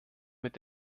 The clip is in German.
mit